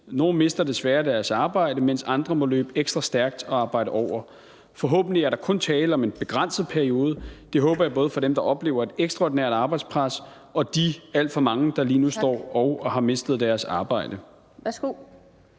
Nogle mister desværre deres arbejde, mens andre må løbe ekstra stærkt og arbejde over. Forhåbentlig er der kun tale om en begrænset periode. Det håber jeg, både for dem, der oplever et ekstraordinært arbejdspres, og for de alt for mange, der nu står og har mistet deres arbejde.